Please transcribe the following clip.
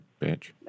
Bitch